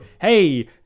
hey